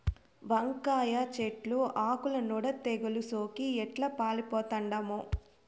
వంకాయ చెట్లు ఆకుల నూడ తెగలు సోకి ఎట్లా పాలిపోతండామో